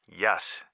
Yes